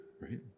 right